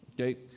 Okay